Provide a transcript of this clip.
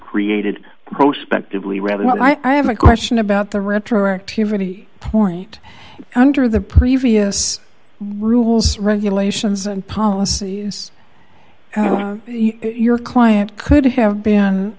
didley rather well i have a question about the retroactivity point under the previous rules regulations and policies your client could have been